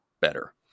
better